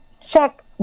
Check